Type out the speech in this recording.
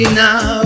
now